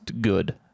good